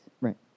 Right